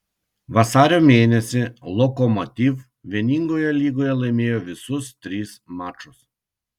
vasario mėnesį lokomotiv vieningoje lygoje laimėjo visus tris mačus